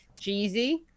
jeezy